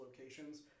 locations